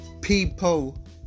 people